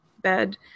bed